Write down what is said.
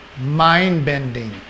mind-bending